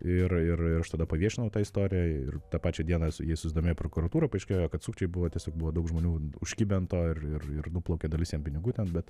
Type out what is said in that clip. ir ir ir aš tada paviešinau tą istoriją ir tą pačią dieną su jais susidomėjo prokuratūra paaiškėjo kad sukčiai buvo tiesiog buvo daug žmonių užkibę ant to ir ir ir nuplaukė dalis pinigų ten bet